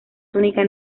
túnica